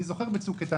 אני זוכר בצוק איתן,